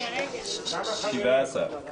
יש 17 ממלאי מקום.